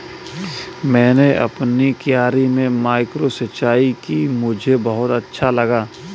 मैंने अपनी क्यारी में माइक्रो सिंचाई की मुझे बहुत अच्छा लगा